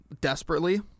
desperately